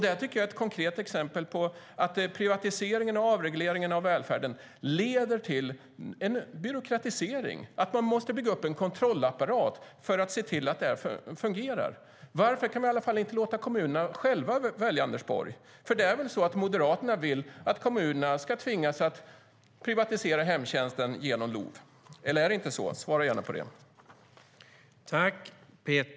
Det tycker jag är ett konkret exempel på att privatiseringen och avregleringen av välfärden leder till en byråkratisering. Man måste bygga upp en kontrollapparat för att se till att det fungerar. Varför kan vi i alla fall inte låta kommunerna välja själva, Anders Borg? För det är väl så att Moderaterna vill att kommunerna ska tvingas att privatisera hemtjänsten genom LOV? Eller är det inte så? Svara gärna på det.